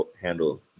handle